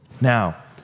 now